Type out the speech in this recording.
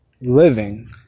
living